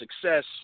success